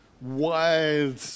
wild